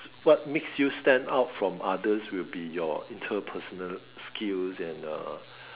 what makes you stand out from others will be your interpersonal skills and uh